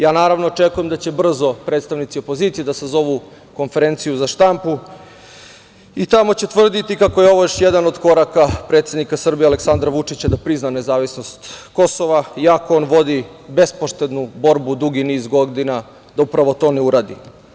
Ja naravno očekujem da će brzo predstavnici opozicije da sazovu konferenciju za štampu i tamo će tvrditi kako je ovo još jedan od koraka predsednika Srbije Aleksandra Vučića da prizna nezavisnost Kosova i ako on vodi bespoštednu borbu dugi niz godina da upravo to ne uradi.